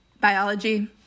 Biology